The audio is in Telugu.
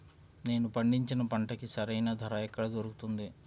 నేను పండించిన పంటకి సరైన ధర ఎక్కడ దొరుకుతుంది?